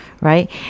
Right